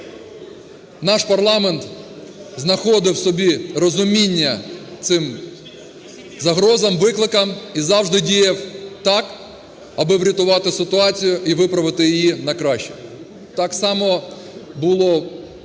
наш парламент знаходив у собі розуміння цим загрозам, викликам і завжди діяв так, аби врятувати ситуацію і виправити її на краще. Так само було за ці